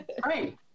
great